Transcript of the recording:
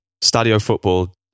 stadiofootball